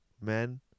men